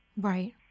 Right